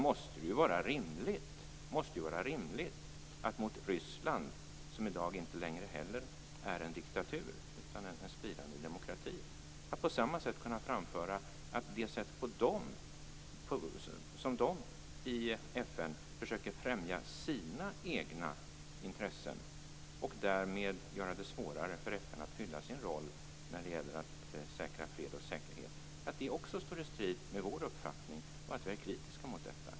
På samma sätt måste det ju vara rimligt att till Ryssland, som i dag inte längre är en diktatur, utan en spirande demokrati, kunna framföra att det sätt som de i FN försöker främja sina egna intressen på och därmed gör det svårare för FN att fylla sin roll när det gäller att säkra fred och säkerhet också står i strid med vår uppfattning och att vi är kritiska mot detta.